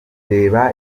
reba